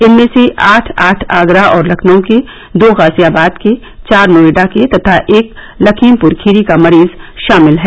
इनमें से आठ आठ आगरा और लखनऊ के दो गाजियाबाद के चार नोएडा के तथा एक लखीमप्र खीरी का मरीज शामिल है